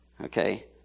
Okay